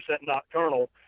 nocturnal